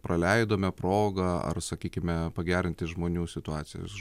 praleidome progą ar sakykime pagerinti žmonių situacijos